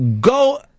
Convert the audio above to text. go